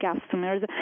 customers